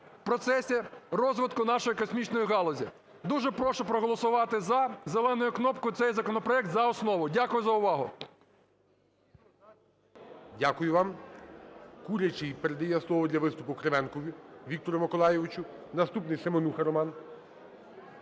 процесі розвитку нашої космічної галузі. Дуже прошу проголосувати "за" зеленою кнопкою цей законопроект за основу. Дякую за увагу. ГОЛОВУЮЧИЙ. Дякую вам. Курячий передає слово для виступу Кривенку Віктору Миколайовичу. Наступний – Семенуха Роман.